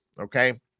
okay